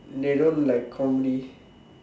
dey don't like comedy